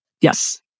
Yes